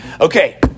okay